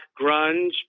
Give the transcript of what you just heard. grunge